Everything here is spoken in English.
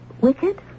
wicked